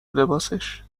لباسش